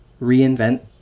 reinvent